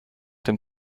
dem